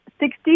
Sixty